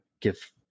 give